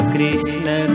Krishna